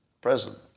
president